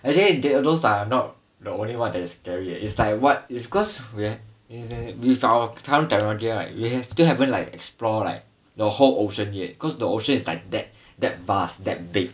actually they those are not the only one that is scary eh it's like what it's cause we're with our time technology right we still haven't like explore like the whole ocean yet because the ocean is like that that vast that big